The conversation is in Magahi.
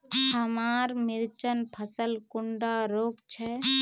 हमार मिर्चन फसल कुंडा रोग छै?